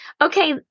Okay